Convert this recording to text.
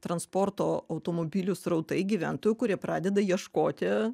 transporto automobilių srautai gyventojų kurie pradeda ieškoti